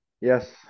Yes